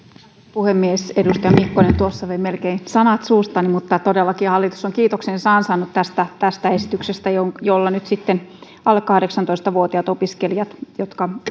puhemies edustaja mikkonen tuossa vei melkein sanat suustani mutta todellakin hallitus on kiitoksensa ansainnut tästä tästä esityksestä jolla nyt sitten alle kahdeksantoista vuotiaat opiskelijat jotka